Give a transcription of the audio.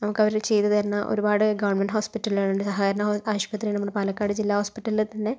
നമുക്ക് അവര് ചെയ്ത് തരുന്ന ഒരുപാട് ഗവൺമെൻറ് ഹോസ്പിറ്റലുകൾ ഉണ്ട് സഹകരണ ആശുപത്രികൾ ഉണ്ട് പാലക്കാട് ജില്ലാ ഹോസ്പിറ്റലിൽ തന്നെ